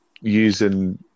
using